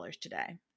today